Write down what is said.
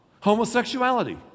homosexuality